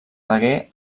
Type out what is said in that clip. degué